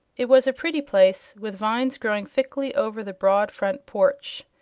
it was a pretty place, with vines growing thickly over the broad front porch.